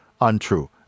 untrue